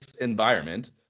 environment